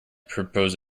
propose